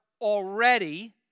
already